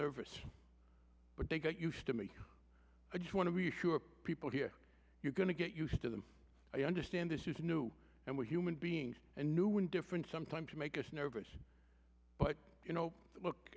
nervous but they got used to me just want to reassure people here you're going to get used to them i understand this is new and we're human beings and new and different sometimes to make us nervous but you know look